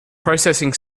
processing